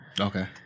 Okay